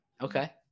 Okay